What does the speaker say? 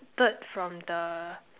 third from the